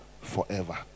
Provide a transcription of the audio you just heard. forever